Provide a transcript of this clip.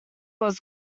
was